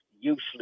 useless